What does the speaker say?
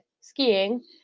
skiing